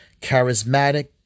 charismatic